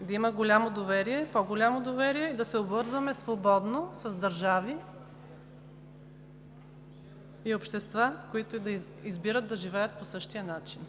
да има голямо доверие, по голямо доверие и да се обвързваме свободно с държави и общества, които да избират да живеят по същия начин,